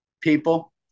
people